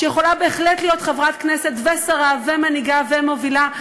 שבהחלט יכולה להיות חברת כנסת ושרה ומנהיגה ומובילה.